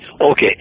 okay